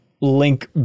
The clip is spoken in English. Link